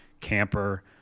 camper